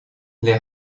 les